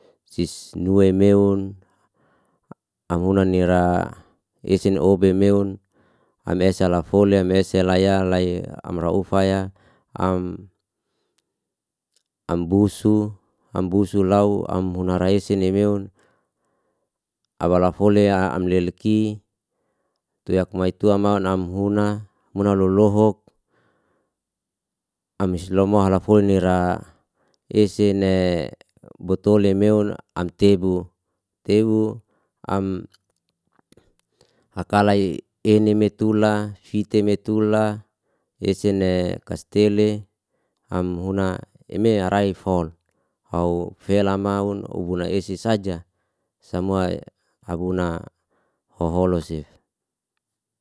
Sis nua meon amuna nera esin o bemeon amesa lafolem mesalaya lay amraufaya am ambusu ambusu lau amhunara esi nemeon abala fole a amleleki tuyak maitua mau amhuna muna lolohok ameslomo halafolen ira ese ne bo tole meon amtebu tebu am hakalai enimetula fitemetula esene kastele amhuna emerai fol hau fela maun ubuna esi saja samua abuna hoholo sif